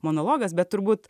monologas bet turbūt